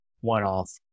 one-off